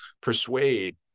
persuade